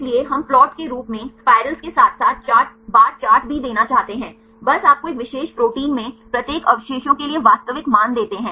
इसलिए हम प्लाट के रूप में सर्पिल के साथ साथ बार चार्ट भी देना चाहते हैं बस आपको एक विशेष प्रोटीन में प्रत्येक अवशेषों के लिए वास्तविक मान देते हैं